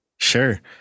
Sure